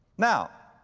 now,